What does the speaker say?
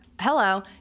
Hello